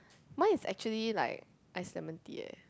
mine is actually like ice lemon tea eh